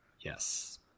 Yes